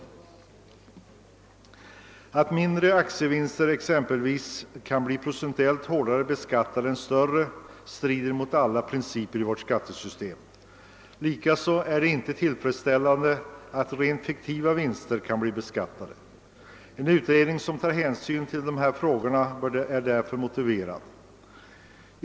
Att exempelvis mindre aktievinster kan bli procentuellt hårdare beskattade än större strider mot alla principer i vårt skattesystem. Likaså är det otillfredsställande att rent fiktiva vinster kan bli beskattade, och en utredning som tar hänsyn till dessa frågor är därför motiverad.